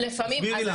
תסבירי לנו.